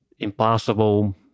impossible